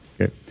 Okay